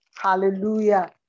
Hallelujah